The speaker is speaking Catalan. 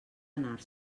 anar